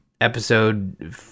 episode